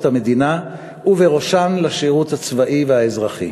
מדינה ובראשן לשירות הצבאי והאזרחי.